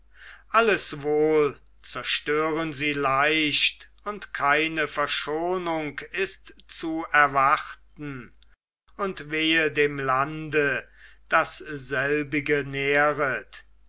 alles wohl zerstören sie leicht und keine verschonung ist zu erwarten und wehe dem lande das selbige nähret